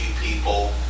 people